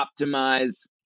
optimize